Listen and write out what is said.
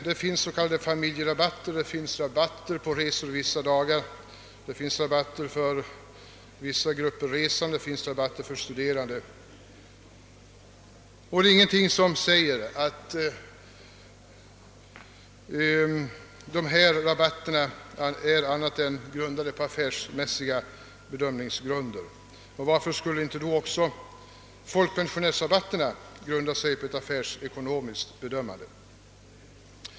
Det finns s.k. familjerabatter, det finns rabatter på resor vissa dagar, det finns rabatter för vissa grupper av resande och rabatter för studerande. Intet säger att dessa rabatter inte är grundade på affärsmässiga bedömningar. Varför skulle då inte också folkpensionärsrabatterna grunda sig på affärsekonomiskt bedömande?